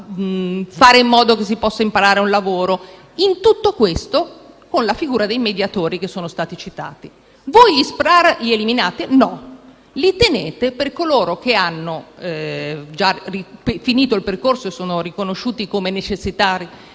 fare in modo che si possa imparare un lavoro; e tutto questo con la figura dei mediatori che sono stati citati. Voi gli SPRAR li eliminate? No, li mantenete per coloro che hanno già finito il percorso e sono riconosciuti come necessitanti